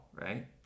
right